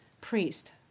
priest